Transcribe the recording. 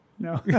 No